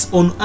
on